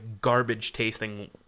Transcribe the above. garbage-tasting